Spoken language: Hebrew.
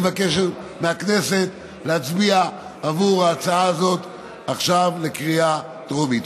אני מבקש מהכנסת להצביע עבור ההצעה הזאת עכשיו בקריאה טרומית.